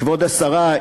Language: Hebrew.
כבוד השרה,